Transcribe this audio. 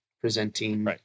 presenting